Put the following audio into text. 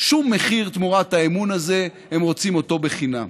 שום מחיר תמורת האמון הזה, הם רוצים אותו בחינם.